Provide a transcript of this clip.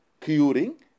curing